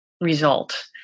result